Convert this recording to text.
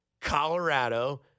Colorado